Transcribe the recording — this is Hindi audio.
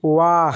वाह